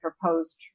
proposed